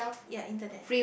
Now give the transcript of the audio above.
ya internet